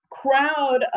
crowd